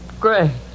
Gray